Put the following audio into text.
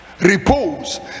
Repose